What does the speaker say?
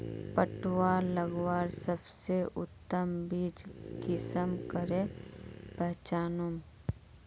पटुआ लगवार सबसे उत्तम बीज कुंसम करे पहचानूम?